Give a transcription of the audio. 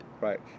Right